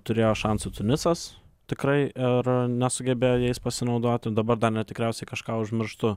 turėjo šansų tunisas tikrai ir nesugebėjo jais pasinaudoti dabar dar net tikriausiai kažką užmirštu